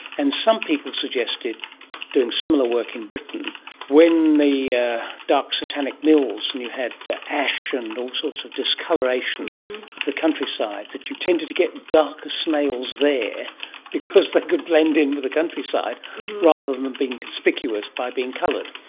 and some people suggested doing similar work in britain when the dark satanic mills and you had ash and all sorts of discolouration of the countryside that you tended to get darker snails there because they like could blend in with the countryside rather than them being conspicuous by being coloured.